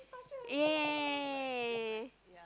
yeah yeah yeah yeah yeah yeah yeha yeah